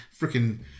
freaking